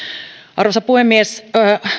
arvoisa puhemies